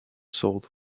sold